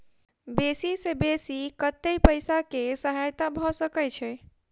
बेसी सऽ बेसी कतै पैसा केँ सहायता भऽ सकय छै?